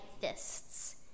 fists